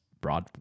broad